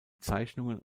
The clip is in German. zeichnungen